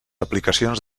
aplicacions